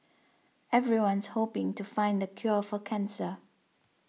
everyone's hoping to find the cure for cancer